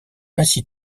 ainsi